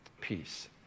Peace